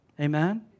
Amen